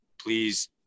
please